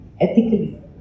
ethically